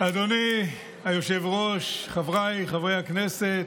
אדוני היושב-ראש, חבריי חברי הכנסת,